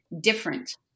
different